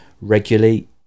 regularly